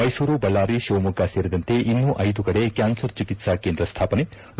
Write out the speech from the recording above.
ಮೈಸೂರು ಬಳ್ಳಾರಿ ಶಿವಮೊಗ್ಗ ಸೇರಿದಂತೆ ಇನ್ನೂ ಐದು ಕಡೆ ಕ್ಯಾನ್ಸರ್ ಚಿಕಿತ್ಸಾ ಕೇಂದ್ರ ಸ್ಟಾಪನೆ ಡಾ